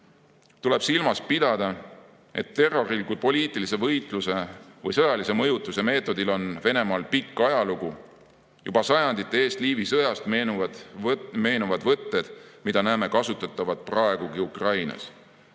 Tuleb silmas pidada, et terroril kui poliitilise võitluse või sõjalise mõjutuse meetodil on Venemaal pikk ajalugu. Juba sajandite eest Liivi sõjast meenuvad võtted, mida näeme kasutatavat praegugi Ukrainas: